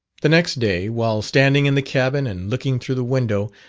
the next day, while standing in the cabin and looking through the window,